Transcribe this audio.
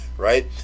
Right